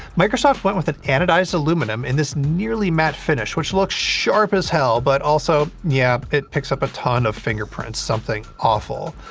microsoft went with an anodized aluminum in this nearly matte finish, which looks sharp as hell, but also, yeah, it picks up a ton of fingerprints something awful.